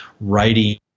writing